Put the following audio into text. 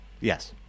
Yes